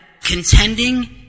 Contending